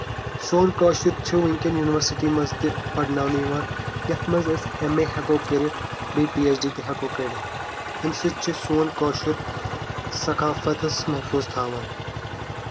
سون کٲشُر چھُ ؤنٛکیٚن یونیورسٹی منٛز تہِ پَرناؤنہٕ یِوان یَتھ منٛز أسۍ ایم اے ہٮ۪کو کٔرِتھ بیٚیہِ پی ایچ ڈی تہِ ہٮ۪کو کٔرِتھ اَمہِ سۭتۍ چھُ سون کٲشُر سکافاتس محفوٗظ تھاوان